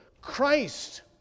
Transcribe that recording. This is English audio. Christ